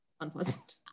unpleasant